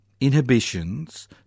inhibitions